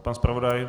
Pan zpravodaj?